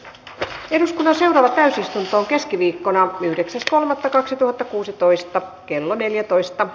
nyt eduskunnan täysistuntoon keskiviikkona yhdeksäs kolmannetta kaksituhattakuusitoista kello neljätoista